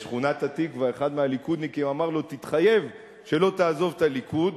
כשבשכונת-התקווה אחד מהליכודניקים אמר לו: תתחייב שלא תעזוב את הליכוד.